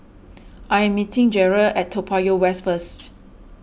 I am meeting Jerrell at Toa Payoh West first